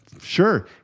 sure